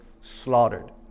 slaughtered